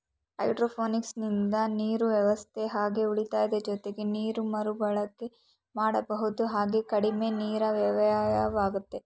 ಹೈಡ್ರೋಪೋನಿಕ್ಸಿಂದ ನೀರು ವ್ಯವಸ್ಥೆ ಹಾಗೆ ಉಳಿತದೆ ಜೊತೆಗೆ ನೀರನ್ನು ಮರುಬಳಕೆ ಮಾಡಬಹುದು ಹಾಗೂ ಕಡಿಮೆ ನೀರಿನ ವ್ಯಯವಾಗ್ತದೆ